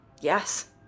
Yes